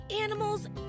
animals